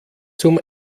zum